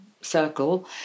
circle